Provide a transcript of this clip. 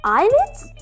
Eyelids